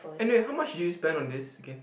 and wait how much did you spend on this again